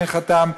כן חתם,